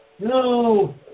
No